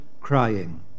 crying